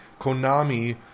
Konami